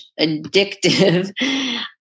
addictive